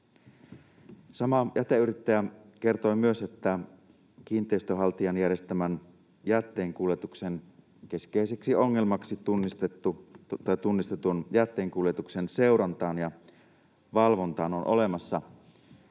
Sama jäteyrittäjä kertoi myös, että kiinteistönhaltijan järjestämän jätteenkuljetuksen keskeiseksi ongelmaksi tunnistettuun jätteenkuljetuksen seurantaan ja valvontaan on olemassa